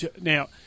Now